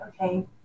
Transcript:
okay